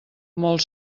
molt